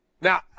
Now